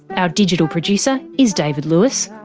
our digital producer is david lewis.